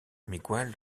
miguel